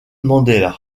mandela